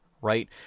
right